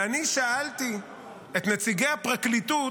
ואני שאלתי את נציגי הפרקליטות,